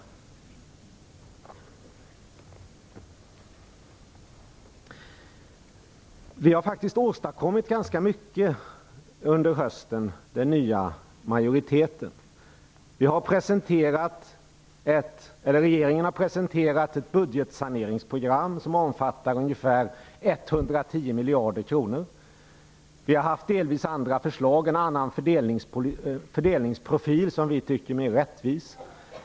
Den nya majoriteten har faktiskt åstadkommit ganska mycket under hösten. Regeringen har presenterat ett budgetsaneringsprogram som omfattar ungefär 110 miljarder kronor. Vänsterpartiet har haft delvis andra förslag och en annan fördelningsprofil som vi tycker är mer rättvis.